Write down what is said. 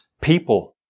people